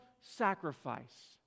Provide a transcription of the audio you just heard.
sacrifice